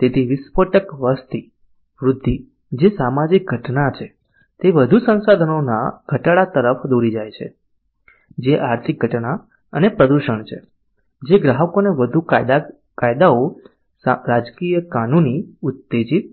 તેથી વિસ્ફોટક વસ્તી વૃદ્ધિ જે સામાજિક ઘટના છે તે વધુ સંસાધનોના ઘટાડા તરફ દોરી જાય છે જે આર્થિક ઘટના અને પ્રદૂષણ છે જે ગ્રાહકોને વધુ કાયદાઓ રાજકીય કાનૂની ઉત્તેજીત